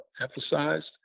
emphasized